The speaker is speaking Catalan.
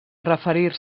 referir